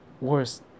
worse